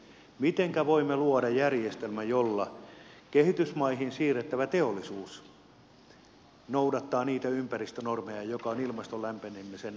mitenkä voimme luoda järjestelmän jolla kehitysmaihin siirrettävä teollisuus noudattaa niitä ympäristönormeja jotka ovat ilmaston lämpenemisen osalta keskiössä